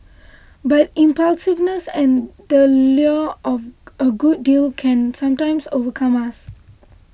but impulsiveness and the lure of a good deal can sometimes overcome us